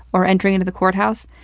or entering into the courthouse,